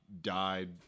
died